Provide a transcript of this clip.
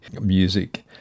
music